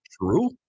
true